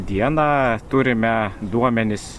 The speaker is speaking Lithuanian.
dieną turime duomenis